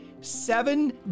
seven